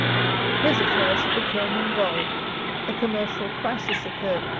his affairs became involved a commercial crisis occurred,